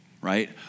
right